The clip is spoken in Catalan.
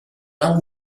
nau